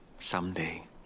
Someday